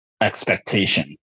expectation